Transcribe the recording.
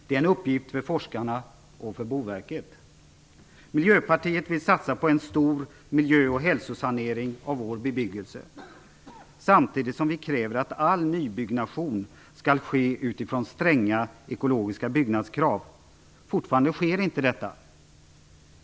Det är en uppgift för forskarna och för Boverket. Miljöpartiet vill satsa på en stor miljö och hälsosanering av vår bebyggelse, samtidigt som vi begär att all nybyggnation skall genomföras utifrån stränga ekologiska byggnadskrav. Fortfarande sker inte detta.